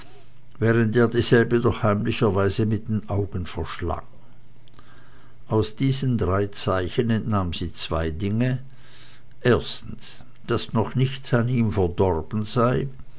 während er dieselbe doch heimlicherweise mit den augen verschlang aus diesen drei zeichen entnahm sie zwei dinge erstens daß noch nichts an ihm verdorben sei